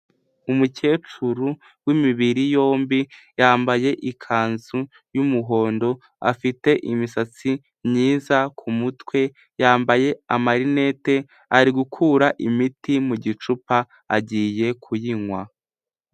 Umukecuru w'imibiri yombi, yambaye ikanzu y'umuhondo, afite imisatsi myiza ku mutwe, yambaye amarinete ari gukura imiti mu gicupa agiye kuyinywa.